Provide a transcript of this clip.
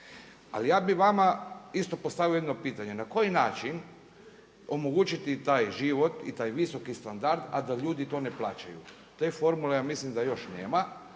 Ali ja bih vama isto postavio jedno pitanje, na koji način omogućiti taj život i taj visoki standard a da ljudi to ne plaćaju. Te formule ja mislim da još nema